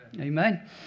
amen